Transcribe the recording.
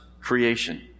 creation